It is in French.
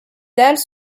dalles